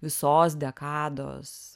visos dekados